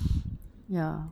ya